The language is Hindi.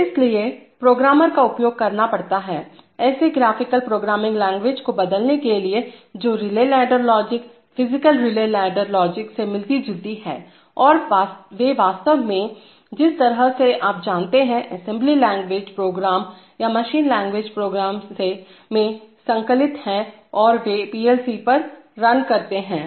इसीलिए प्रोग्रामर का उपयोग करना पड़ता है ऐसी ग्राफिकल प्रोग्रामिंग लैंग्वेज को बदलने के लिए जो relay ladder logic physical relay ladder logic से मिलती जुलती है और वे वास्तव में जिस तरह से आप जानते हैं असेंबली लैंग्वेज प्रोग्राम या मशीन लैंग्वेज प्रोग्राम में संकलित हैं और वे पीएलसी पर रन कर सकते हैं